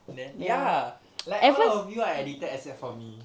then ya like all of you are addicted except for me